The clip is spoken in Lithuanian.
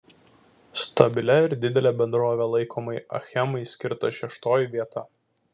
stabilia ir didele bendrove laikomai achemai skirta šeštoji vieta